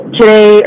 Today